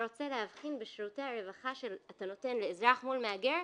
רוצה להבחין בשירותי הרווחה שאתה נותן לאזרח מול מהגר,